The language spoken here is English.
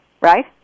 Right